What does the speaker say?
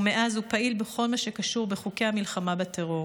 ומאז הוא פעיל בכל מה שקשור בחוקי המלחמה בטרור.